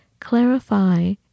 Clarify